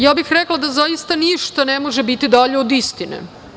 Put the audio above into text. Ja bih rekla da zaista ništa ne može biti dalje od istine.